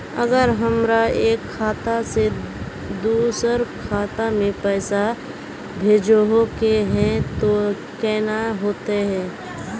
अगर हमरा एक खाता से दोसर खाता में पैसा भेजोहो के है तो केना होते है?